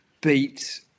Beat